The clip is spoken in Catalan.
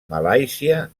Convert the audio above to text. malàisia